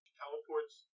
teleports